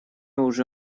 уже